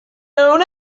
own